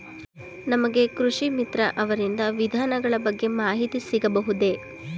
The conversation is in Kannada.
ನಮಗೆ ಕೃಷಿ ಮಿತ್ರ ಅವರಿಂದ ವಿಧಾನಗಳ ಬಗ್ಗೆ ಮಾಹಿತಿ ಸಿಗಬಹುದೇ?